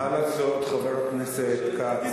מה לעשות, חבר הכנסת כץ?